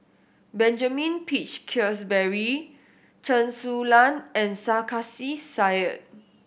Benjamin Peach Keasberry Chen Su Lan and Sarkasi Said